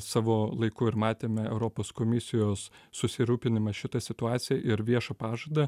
savo laiku ir matėme europos komisijos susirūpinimą šita situacija ir viešą pažadą